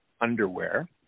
underwear